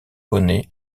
bonnet